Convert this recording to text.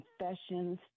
confessions